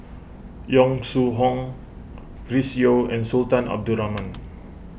Yong Shu Hoong Chris Yeo and Sultan Abdul Rahman